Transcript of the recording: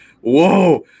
Whoa